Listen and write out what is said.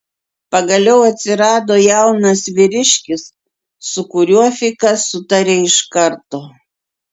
pagaliau atsirado jaunas vyriškis su kuriuo fikas sutarė iš karto